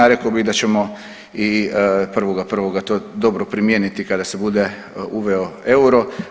Rekao bih da ćemo i 1.1. to dobro primijeniti kada se bude uveo euro.